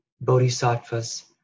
bodhisattvas